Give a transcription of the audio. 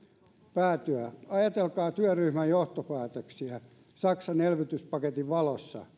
päätyä ajatelkaa työryhmän johtopäätöksiä saksan elvytyspaketin valossa